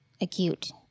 acute